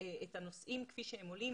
את הנושאים כפי שהם עולים